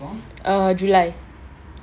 err july